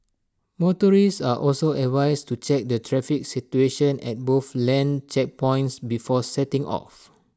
motorists are also advised to check the traffic situation at both land checkpoints before setting off